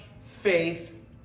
faith